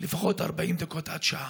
לפחות 40 דקות עד שעה.